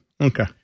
Okay